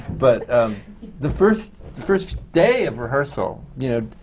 but the first the first day of rehearsal, you know,